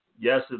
Yes